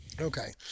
Okay